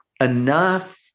enough